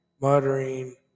muttering